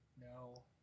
No